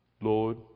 Lord